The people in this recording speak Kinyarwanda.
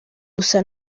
gusa